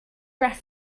rough